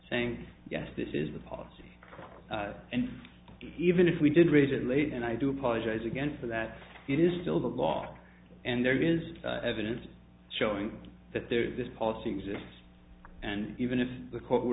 saying yes this is the policy and even if we did raise it late and i do apologize again for that it is still the law and there is evidence showing that there is this policy exists and even if the court were